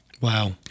Wow